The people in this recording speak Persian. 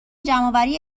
جمعآوری